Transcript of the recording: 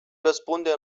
răspunde